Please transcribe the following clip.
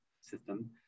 system